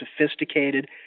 sophisticated